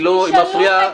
היא מפריעה.